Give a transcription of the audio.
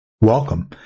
welcome